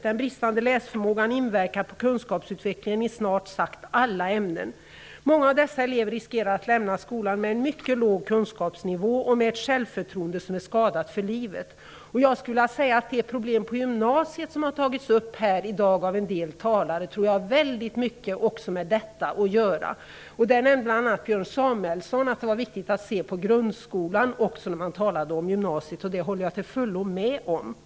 Den bristande läsförmågan inverkar på kunskapsutvecklingen i snart sagt alla ämnen. Många av dessa elever riskerar att lämna skolan med en mycket låg kunskapsnivå och med ett självförtroende som är skadat för livet. De problem på gymnasiet som har tagits upp av en del talare i dag rör också problemet med läsförmågan. Bl.a. Björn Samuelson nämnde att det är viktigt att beakta grundskolan även när man talar om gymnasiet. Jag håller till fullo med om detta.